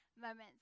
moments